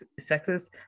sexist